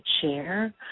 chair